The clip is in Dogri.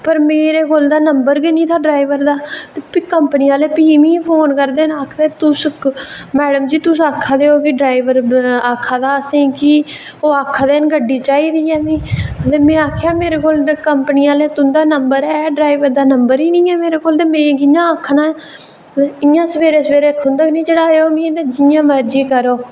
पर मेरे कोल ते नंबर गै निं था ड्राईवर दा ते कंपनी आह्ले मिगी प्ही फोन करदे न आखदे कि तुस मैडम जी आक्खा दे ओ की ड्राईवर आक्खा दा असेंगी की तुसें गड्डी चाहिदी ऐ ते में आक्खेआ की तुंदा नंबर ऐ मेरे कोल पर ड्राईवर दा नंबर निं ऐ मेरे कोल ते में कि'यां आक्खना ऐ ते इं'या सबेरै सबेरै खुंदक निं चढ़ाओ मिगी ते जि'यां मर्जी करो